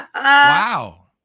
Wow